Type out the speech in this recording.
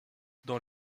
dans